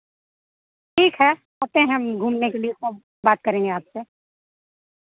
ठीक है आते हैं हम घूमने के लिए तो बात करेंगे आपसे